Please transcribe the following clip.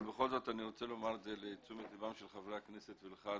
אבל בכל זאת אני רוצה לומר לתשומת ליבם של חברי הכנסת ולתשומת לבך,